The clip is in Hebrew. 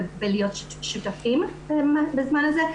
להיות שותפים בזמן הזה,